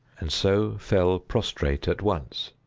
and so fell prostrate at once.